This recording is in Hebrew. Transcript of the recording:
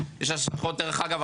דרך אגב,